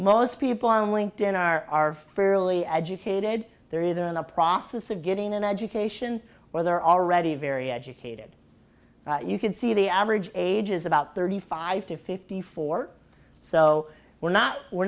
most people on linked in are are fairly educated they're either in the process of getting an education or they're already very educated you can see the average age is about thirty five to fifty four so we're not we're